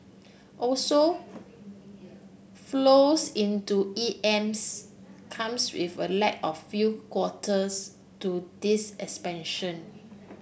also flows into EMs come with a lag of few quarters to this expansion